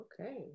Okay